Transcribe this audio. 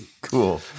Cool